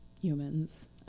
humans